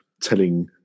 telling